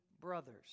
brothers